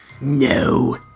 No